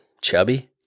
chubby